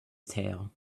tale